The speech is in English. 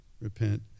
repent